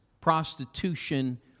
prostitution